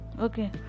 Okay